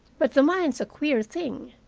but the mind's a queer thing.